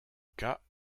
cas